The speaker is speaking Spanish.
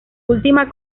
última